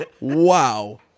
Wow